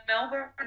Melbourne